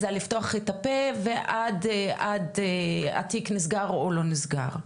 לפתוח את הפה שלה ועד למועד שבו התיק נסגר או לא נסגר.